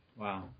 Wow